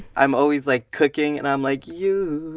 i'm always like cooking and i'm like youuu.